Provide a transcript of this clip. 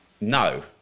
No